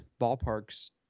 ballparks